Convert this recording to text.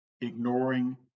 Ignoring